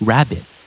Rabbit